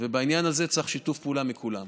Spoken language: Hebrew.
בעניין הזה צריך שיתוף פעולה מכולם.